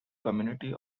community